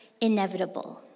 inevitable